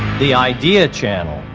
the idea channel.